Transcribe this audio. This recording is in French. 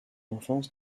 enfance